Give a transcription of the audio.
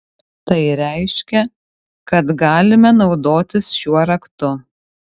tai reiškia kad galime naudotis šiuo raktu